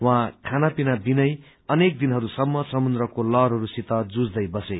उहाँ खाना पिना बिनै अनेक दिनहरूसम्म समुद्रको लहरहस्सित जुझैदै बसे